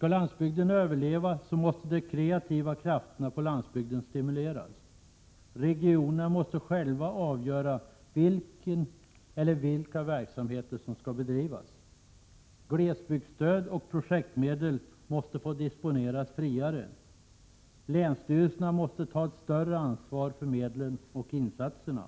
Om landsbygden skall överleva, måste de kreativa krafterna på landsbygden stimuleras. Regionerna måste själva avgöra vilken eller vilka verksamheter som skall bedrivas. Glesbygdsstöd och projektmedel måste få disponeras friare. Länsstyrelserna måste ta ett större ansvar för medlen och insatserna.